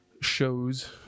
Shows